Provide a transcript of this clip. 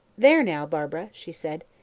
there now, barbara, she said,